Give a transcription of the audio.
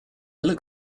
look